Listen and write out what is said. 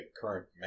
current